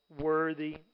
worthy